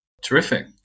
Terrific